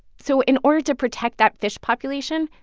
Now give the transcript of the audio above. so in order to protect that fish population,